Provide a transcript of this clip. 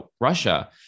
Russia